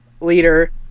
leader